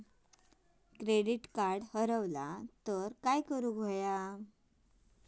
Credit card हरवला तर काय करुक होया?